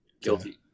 Guilty